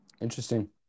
Interesting